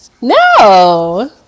no